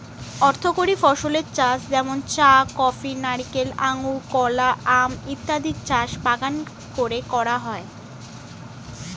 অর্থকরী ফসলের চাষ যেমন চা, কফি, নারিকেল, আঙুর, কলা, আম ইত্যাদির চাষ বাগান করে করা হয়